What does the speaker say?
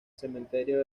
cementerio